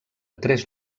tres